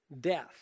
death